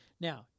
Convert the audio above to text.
Now